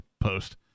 post